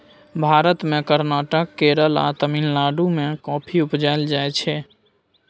भारत मे कर्नाटक, केरल आ तमिलनाडु मे कॉफी उपजाएल जाइ छै